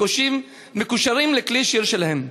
מקושרים לכלי שיר שלהם.